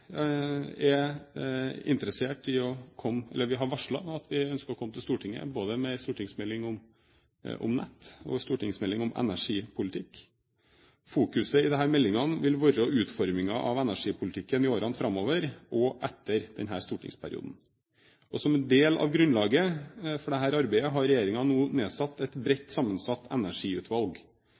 Jeg har svært vanskelig for å se hva som skulle være alternativet til det. Vi har varslet at vi ønsker å komme til Stortinget både med en stortingsmelding om nett og en stortingsmelding om energipolitikk. Fokuset i disse meldingene vil være på utformingen av energipolitikken i årene framover, også etter denne stortingsperioden. Som en del av grunnlaget for dette arbeidet har regjeringen nå nedsatt et bredt sammensatt energiutvalg.